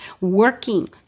working